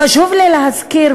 חשוב לי להזכיר,